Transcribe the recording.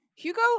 Hugo